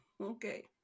okay